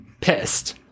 pissed